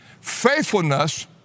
Faithfulness